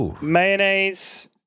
mayonnaise